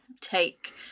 take